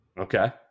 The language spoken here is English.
Okay